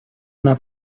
una